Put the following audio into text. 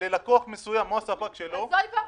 כמו תחזוקה,